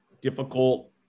difficult